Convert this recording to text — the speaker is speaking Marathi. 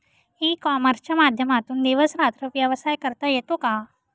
ई कॉमर्सच्या माध्यमातून दिवस रात्र व्यवसाय करता येतो का?